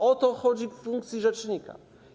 O to chodzi w funkcji rzecznika.